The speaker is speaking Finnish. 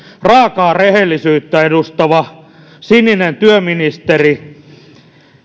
raakaa rehellisyyttä edustava sininen työministeri